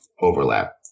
overlap